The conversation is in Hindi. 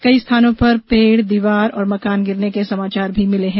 कई स्थानों पर पेड़ दीवार और मकान गिरने के समाचार भी मिले हैं